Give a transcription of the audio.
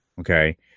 Okay